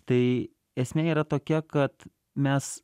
tai esmė yra tokia kad mes